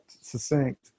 succinct